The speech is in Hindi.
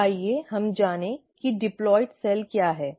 तो आइए हम जाने कि डिप्लॉइड सेल क्या है